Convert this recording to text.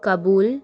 Kabul